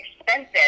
expensive